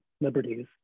liberties